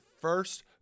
first